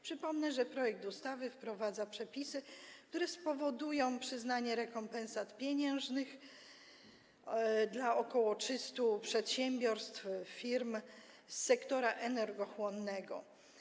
Przypomnę, że projekt ustawy wprowadza przepisy, które spowodują przyznanie rekompensat pieniężnych dla ok. 300 przedsiębiorstw, firm z sektora energochłonnego.